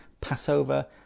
Passover